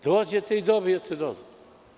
Dođete i dobijete dozvolu.